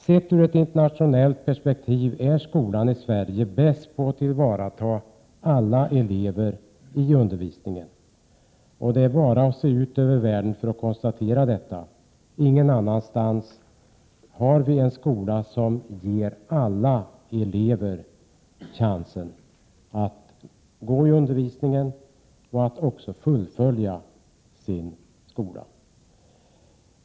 Sett i ett internationellt perspektiv är skolan i Sverige bäst på att tillvarata alla elevers behov i undervisningen. Man behöver bara se ut över världen för att konstatera detta. Ingen annanstans har vi en skola som ger alla elever chansen att delta i undervisningen och även att fullfölja sin skolgång.